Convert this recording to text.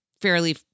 fairly